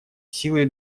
силы